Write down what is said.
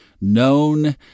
known